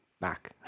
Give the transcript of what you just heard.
back